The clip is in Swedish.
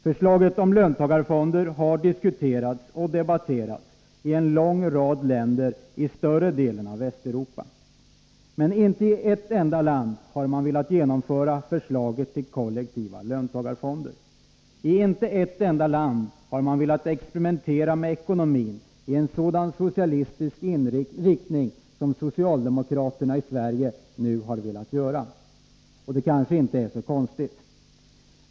Förslaget om löntagarfonder har diskuterats och debatterats i en lång rad länder i större delen av Västeuropa. Men inte i ett enda land har man velat ta förslaget till kollektiva löntagarfonder. I inte ett enda land har man velat experimentera med ekonomin i sådan socialistisk riktning som socialdemokraterna i Sverige nu har velat göra. Och det kanske inte är så konstigt.